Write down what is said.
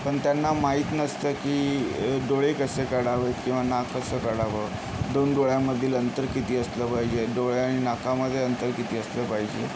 पण त्यांना माहीत नसतं की डोळे कसे काढावेत किंवा नाक कसं काढावं दोन डोळ्यामधील अंतर किती असलं पाहिजे डोळे आणि नाकामध्ये अंतर किती असलं पाहिजे